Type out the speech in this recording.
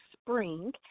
spring